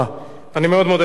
אני מאוד מודה לך, אדוני.